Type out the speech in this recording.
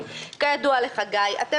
כידוע לך גיא גולדמן,